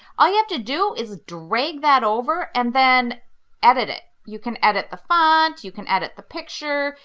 all you have to do is drag that over and then edit it. you can edit the font, you can edit the picture,